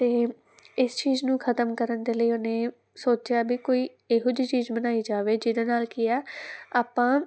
ਅਤੇ ਇਸ ਚੀਜ਼ ਨੂੰ ਖਤਮ ਕਰਨ ਦੇ ਲਈ ਉਹਨੇ ਸੋਚਿਆ ਵੀ ਕੋਈ ਇਹੋ ਜਿਹੀ ਚੀਜ਼ ਬਣਾਈ ਜਾਵੇ ਜਿਹਦੇ ਨਾਲ ਕੀ ਆ ਆਪਾਂ